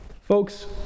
Folks